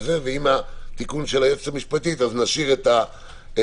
אם יש תיקון של היועצת המשפטית אז נשאיר את הדשא.